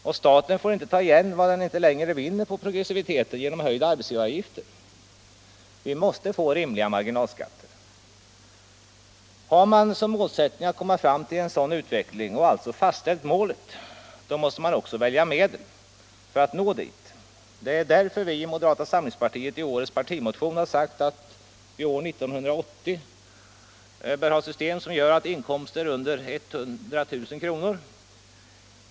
Och staten får inte ta igen vad den inte längre vinner på progressiviteten genom höjda arbetsgivaravgifter. Vi måste få rimliga marginalskatter. Har man som målsättning att komma fram till en sådan utveckling — och alltså har fastställt målet — måste man också välja medel för att nå det. Det är därför vi i moderata samlingspartiet i årets partimotion har sagt att vi år 1980 bör ha ett system som innebär att inkomster under 100 000 kr.